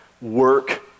work